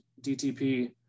DTP